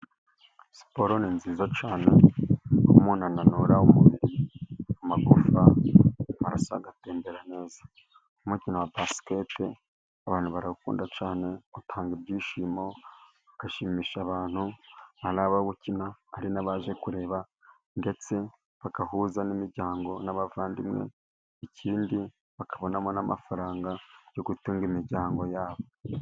Siporo ni nziza cyane umuntu ananura umubiri amagufa, amaraso agatembera neza .Nk'umukino wa basikete abantu barawukunda cyane utanga ibyishimo ugashimisha abantu ari abawukina, ari n'abaje kuwureba ndetse bagahuza n'imiryango n'abavandimwe, ikindi bakabonamo n'amafaranga yo gutunga imiryango yabo.